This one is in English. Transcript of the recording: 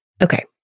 Okay